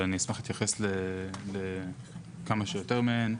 ואני אשמח להתייחס לכמה שיותר מהן,